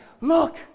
look